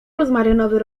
rozmarynowy